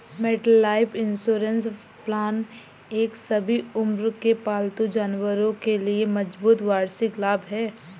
MetLife insurance plan एक सभी उम्र के पालतू जानवरों के लिए मजबूत वार्षिक लाभ है